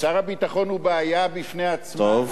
שר הביטחון הוא בעיה בפניה עצמה, טוב.